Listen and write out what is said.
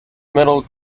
middle